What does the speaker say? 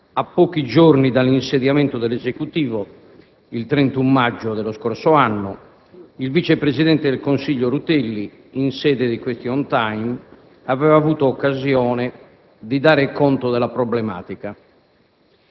a pochi giorni dall'insediamento dell'Esecutivo, il 31 maggio dello scorso anno il vice presidente del Consiglio Rutelli, in sede di *question* *time*, aveva avuto occasione di dare conto della problematica.